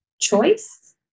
choice